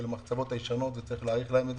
של המחצבות הישנות וצריך להאריך אותו.